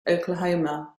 oklahoma